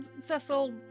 Cecil